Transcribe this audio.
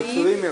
ייחודיים,